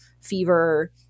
fever